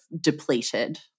depleted